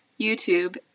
YouTube